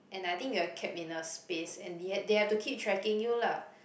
and I think you're kept in a space and th~ they have to keep tracking you lah